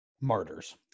martyrs